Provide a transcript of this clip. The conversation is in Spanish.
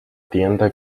tienda